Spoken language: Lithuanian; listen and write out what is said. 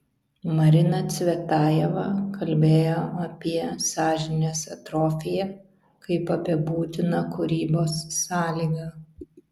marina cvetajeva kalbėjo apie sąžinės atrofiją kaip apie būtiną kūrybos sąlygą